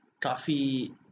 coffee